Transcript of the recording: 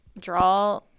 draw